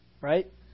right